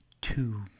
two